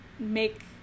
make